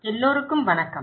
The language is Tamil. எல்லோருக்கும் வணக்கம்